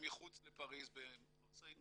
ומחוץ לפריז, במרסיי.